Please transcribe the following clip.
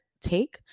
take